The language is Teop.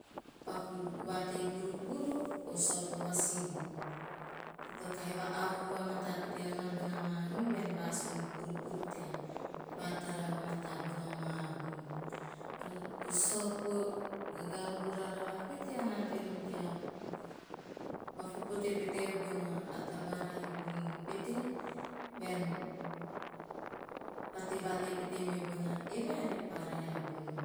Paku vatei purupuru o saopo vasibu, to kahi va avuhu vamata pete nana bona maaa hum bean vasun o purupuru tea vatara vamata bona maa hum. O saopo gagaruru rarava pete, ean na ante nom tea paku pote eve bona taba rahi vunu pete bean pate vtei pete meve bona eva ean pa rahi a vunuman.